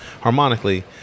harmonically